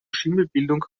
schimmelbildung